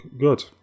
good